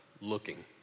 looking